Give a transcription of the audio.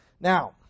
Now